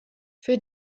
für